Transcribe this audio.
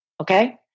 okay